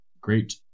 great